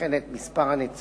וכן את מספר הנציגים